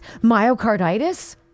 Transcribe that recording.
Myocarditis